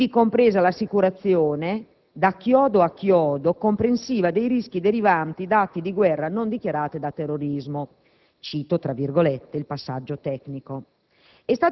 ivi compresa l'assicurazione «da chiodo a chiodo, comprensiva dei rischi derivanti da atti di guerra non dichiarata e da terrorismo», cito il passaggio tecnico.